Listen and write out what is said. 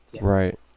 Right